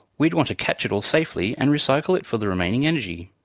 we'd want to catch it all safely and recycle it for the remaining energy.